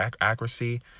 accuracy